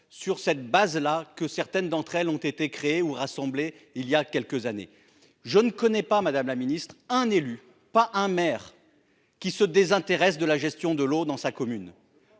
sur cette base que certaines d'entre elles ont été créées ou assemblées voilà quelques années. Je ne connais pas un élu, madame la ministre, pas un maire qui se désintéresse de la gestion de l'eau dans sa commune.